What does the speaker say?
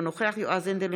אינו נוכח יועז הנדל,